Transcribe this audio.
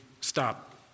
stop